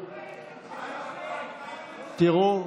תראו,